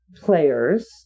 players